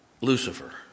Lucifer